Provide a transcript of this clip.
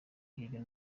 hirya